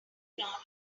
not